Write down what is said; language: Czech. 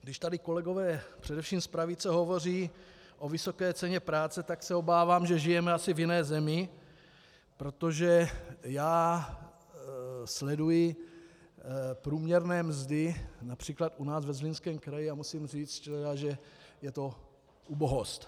Když tady kolegové především z pravice hovoří o vysoké ceně práce, tak se obávám, že žijeme asi v jiné zemi, protože já sleduji průměrné mzdy například u nás ve Zlínském kraji a musím říct, že je to ubohost.